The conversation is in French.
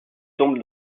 tombe